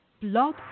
Blog